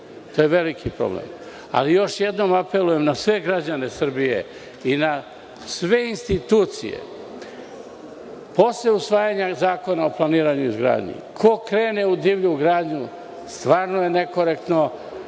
To je veliki problem. Ali, još jednom apelujem na sve građane Srbije i na sve institucije, posle usvajanja Zakona o planiranju i izgradnji ko krene u divlju gradnju, stvarno je nekorektno